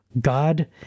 God